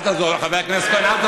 אל תעזור לו, חבר הכנסת כהן.